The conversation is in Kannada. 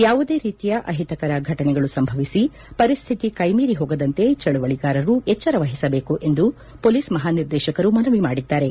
ಯಾವುದೇ ರೀತಿಯ ಅಹಿತಕರ ಘಟನೆಗಳು ಸಂಭವಿಸಿ ಪರಿಸ್ಥಿತಿ ಕ್ಲೆಮೀರಿ ಹೋಗದಂತೆ ಚಳುವಳಿಗಾರರು ಎಚ್ಚರವಹಿಸಬೇಕು ಎಂದು ಪೊಲೀಸ್ ಮಹಾನಿರ್ದೇಶಕರು ಮನವಿ ಮಾಡಿದ್ದಾರೆ